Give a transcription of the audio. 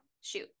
Shoot